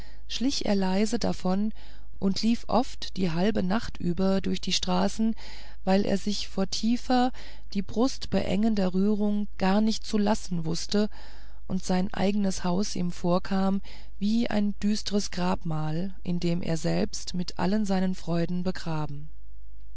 schlich er leise davon und lief oft die halbe nacht über durch die straßen weil er sich vor tiefer die brust beengender rührung gar nicht zu lassen wußte und sein eignes haus ihm vorkam wie ein düstres grabmal in dem er selbst mit allen seinen freuden begraben